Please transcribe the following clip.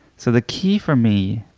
so the key for me